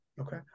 Okay